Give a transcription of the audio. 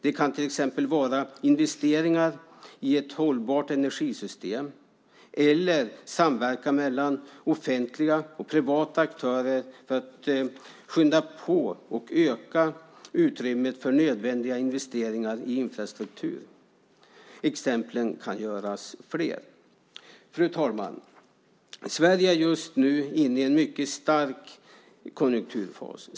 Det kan till exempel vara investeringar i ett hållbart energisystem eller en samverkan mellan offentliga och privata aktörer för att skynda på och öka utrymmet för nödvändiga investeringar i infrastruktur. Fler exempel finns. Fru talman! Sverige är just nu inne i en mycket stark konjunkturfas.